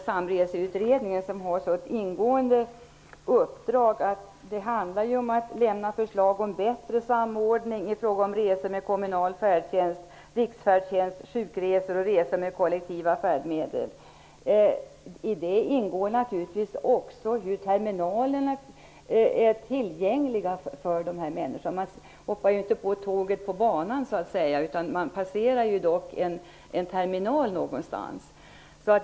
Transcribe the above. Samreseutredningen har i uppdrag att lägga fram förslag om bättre samordning i fråga om resor med kommunal färdtjänst, riksfärdtjänst, sjukresor och resor med kollektiva färdmedel. I det uppdraget ingår naturligtvis att man skall se över hur tillgängliga terminalerna är för dessa människor. De hoppar ju inte på tåget på banan, så att säga. Någonstans passerar de en terminal.